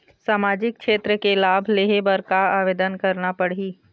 सामाजिक क्षेत्र के लाभ लेहे बर का आवेदन करना पड़ही?